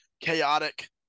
chaotic